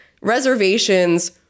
reservations